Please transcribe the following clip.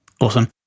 awesome